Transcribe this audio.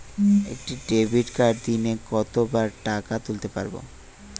একটি ডেবিটকার্ড দিনে কতবার টাকা তুলতে পারব?